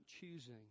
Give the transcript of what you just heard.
choosing